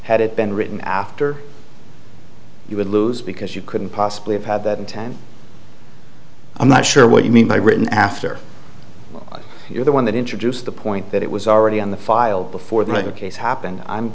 had it been written after you would lose because you couldn't possibly have had that time i'm not sure what you mean by written after you're the one that introduced the point that it was already on the file before the other case happened i'm